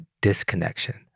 disconnection